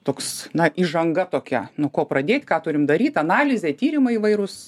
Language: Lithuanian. toks na įžanga tokia nuo ko pradėt ką turim daryt analizė tyrimai įvairūs